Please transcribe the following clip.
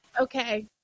okay